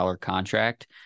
contract